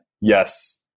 yes